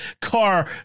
car